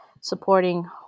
supporting